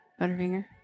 Butterfinger